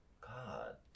god